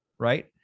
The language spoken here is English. right